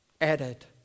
added